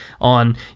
on